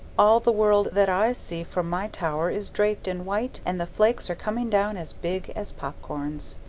all the world that i see from my tower is draped in white and the flakes are coming down as big as pop-corns.